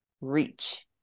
reach